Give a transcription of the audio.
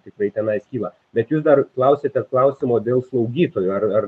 tikrai tenais kyla bet jūs dar klausiate klausimo dėl slaugytojų ar